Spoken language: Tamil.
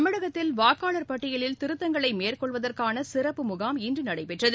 தமிழகத்தில் வாக்காளர் பட்டியலில் திருத்தங்களை மேற்கொள்வதற்னன சிறப்பு முகாம் இன்று நடைபெற்றது